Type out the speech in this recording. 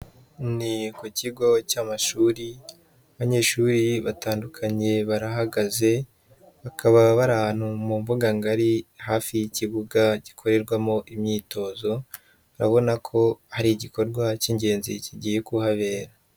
Ni ku kigo cy'amashuri, abanyeshuri batandukanye barahagaze, bakaba bari ahantu mu mbuga ngari hafi y'ikibuga gikorerwamo imyitozo, urabona ko ari igikorwa cy'ingenzi kigiye kuhabera.